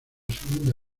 segunda